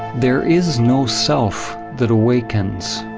there is no self that awakens.